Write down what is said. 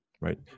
right